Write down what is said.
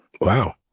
Wow